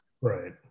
Right